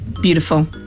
Beautiful